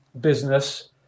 business